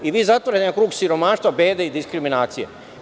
Vi zatvarate jedan krug siromaštva, bede i diskriminacije.